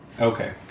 Okay